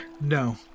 no